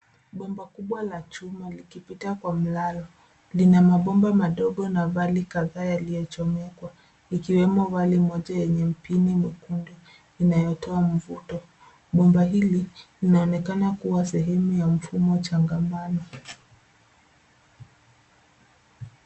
Bomba kubwa la chuma likipita kwa mlalo. Lina mabomba madogo na mavali kadhaa yaliyochomekwa ikiwemo vali moja yenye mpini mwekundu inayotoa mvuke. Bomba hili linaonekana kuwa sehemu ya mfumo changamano.